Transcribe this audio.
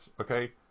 okay